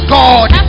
god